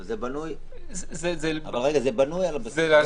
אבל זה בנוי על הבסיס הזה.